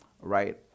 right